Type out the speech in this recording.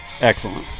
Excellent